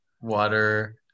water